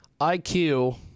IQ